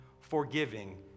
forgiving